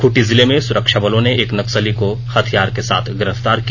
खूंटी जिले में सुरक्षाबलों ने एक नक्सली को हथियार के साथ गिरफ्तार किया